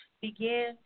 begin